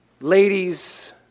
ladies